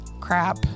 crap